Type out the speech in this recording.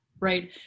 right